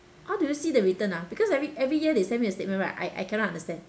how do you see the return ah because every every year they send me the statement right I I cannot understand